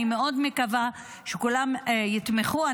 אני מאוד מקווה שכולם יתמכו.